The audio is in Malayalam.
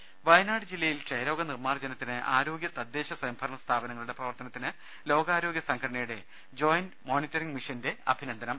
ദ്ര വയനാട് ജില്ലയിൽ ക്ഷയരോഗ നിർമ്മാർജ്ജനത്തിന് ആരോഗ്യ തദ്ദേശ സ്വയംഭരണ സ്ഥാപനങ്ങളുടെ പ്രവർത്തനത്തിന് ലോകാരോഗ്യ സംഘടനയുടെ ജോയിന്റ് മോണിറ്ററിംഗ് മിഷന്റെ അഭിനന്ദനം